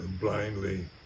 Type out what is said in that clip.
blindly